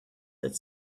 that